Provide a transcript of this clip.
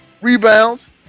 rebounds